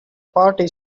party